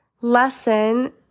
lesson